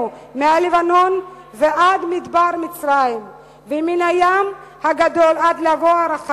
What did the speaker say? / מהלבנון ועד מדבר מצרים / ומן הים הגדול עד לבוא הערבה